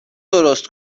درست